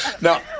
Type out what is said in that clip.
Now